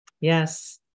yes